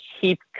keep